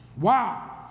wow